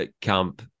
camp